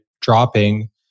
dropping